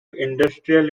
industrial